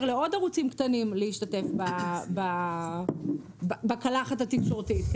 לעוד ערוצים קטנים להשתתף בקלחת התקשורתית,